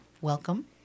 Welcome